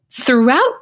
Throughout